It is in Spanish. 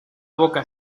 boca